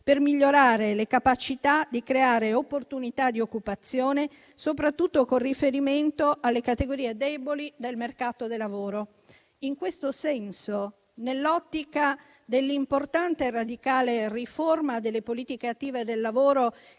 per migliorare le capacità di creare opportunità di occupazione, soprattutto con riferimento alle categorie deboli del mercato del lavoro. In questo senso, nell'ottica dell'importante e radicale riforma delle politiche attive del lavoro